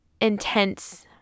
Intense